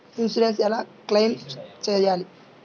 Insurance ఎలా claim చేయాలి?